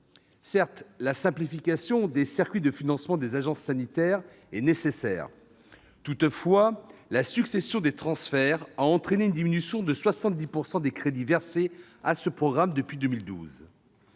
Certes, la simplification des circuits de financement des agences sanitaires est nécessaire. Toutefois, la succession des transferts a entraîné une diminution de 70 % des crédits versés à ce programme depuis 2012.